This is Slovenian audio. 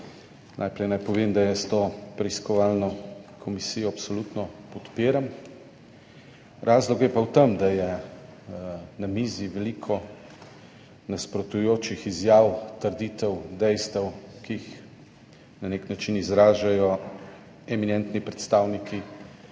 Najprej naj povem, da jaz to preiskovalno komisijo absolutno podpiram. Razlog je pa v tem, da je na mizi veliko nasprotujočih si izjav, trditev, dejstev, ki jih na nek način izražajo eminentni predstavniki